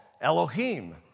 Elohim